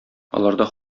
аларда